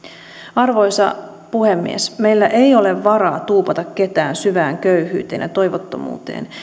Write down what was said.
arvoisa puhemies meillä ei ole varaa tuupata ketään syvään köyhyyteen ja toivottomuuteen